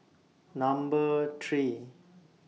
Number three